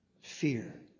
Fear